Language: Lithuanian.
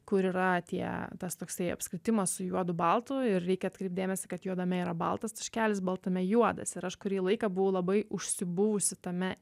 kur yra tie tas toksai apskritimas su juodu baltu ir reikia atkreipt dėmesį kad juodame yra baltas taškelis baltame juodas ir aš kurį laiką buvau labai užsibuvusi tame